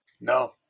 No